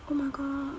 oh my god